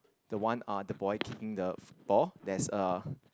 the one uh the boy kicking the ball there's a